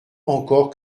encore